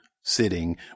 sitting